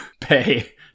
pay